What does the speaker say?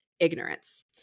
ignorance